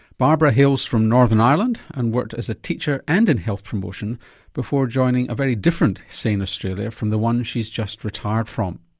barbara hails for northern ireland and worked as a teacher and in health promotion before joining a very different sane australia from the one she's just retired from.